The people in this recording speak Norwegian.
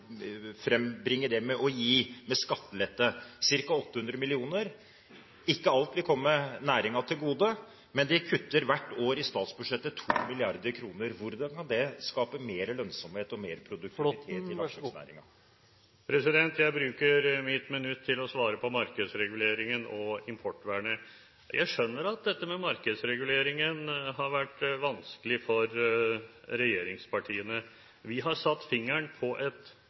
det å gi, ved hjelp av skattelette, ca. 800 mill. kr. Ikke alt vil komme næringen til gode, men de kutter hvert år 2 mrd. kr. i statsbudsjettet. Hvordan kan det skape mer lønnsomhet og mer produktivitet i landbruksnæringen? Jeg bruker mitt minutt til å svare på spørsmålene om markedsreguleringen og importvernet. Jeg skjønner at dette med markedsreguleringen har vært vanskelig for regjeringspartiene. Vi har satt fingeren på et